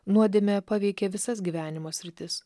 nuodėmė paveikė visas gyvenimo sritis